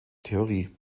theorie